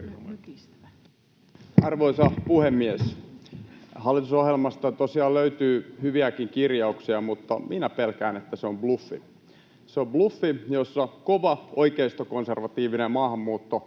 Arvoisa puhemies! Hallitusohjelmasta tosiaan löytyy hyviäkin kirjauksia, mutta minä pelkään, että se on bluffi. Se on bluffi, jossa kova, oikeistokonservatiivinen ja